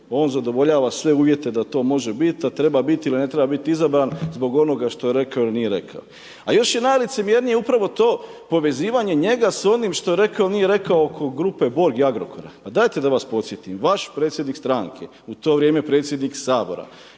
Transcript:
on zadovoljava sve uvjete da to može biti, a treba biti ili ne treba biti izabran, zbog onoga što je rekao ili nije rekao. A još je najlicemjernije upravo to, povezivanje njega s onim što je rekao ili nije rekao oko grupe borg i Agrokora, pa dajte da vas podsjetim, vaš predsjednik stranke u to vrijeme predsjednik Sabora,